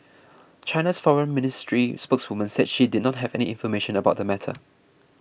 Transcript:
China's foreign ministry spokeswoman said she did not have any information about the matter